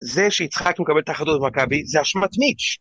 זה שיצחק מקבל את ההחלטות במכבי, זה אשמת מיץ'.